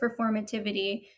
performativity